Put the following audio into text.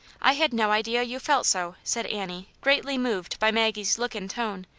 i had no idea you felt so, said annie, greatly moved by maggie's look and tone,